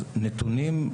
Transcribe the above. נתונים,